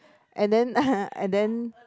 and then and then